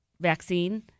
vaccine